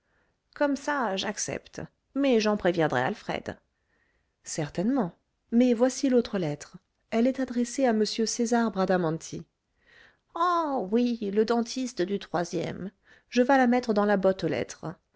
comme ça j'accepte mais j'en préviendrai alfred certainement mais voici l'autre lettre elle est adressée à m césar bradamanti ah oui le dentiste du troisième je vas la mettre dans la botte aux lettres